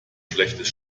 schlechtes